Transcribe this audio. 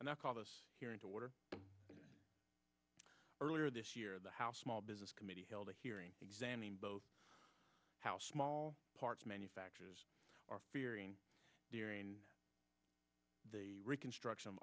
and that called us here into water earlier this year the house small business committee held a hearing examine both how small parts manufacturers are fearing the reconstruction